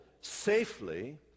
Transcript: safely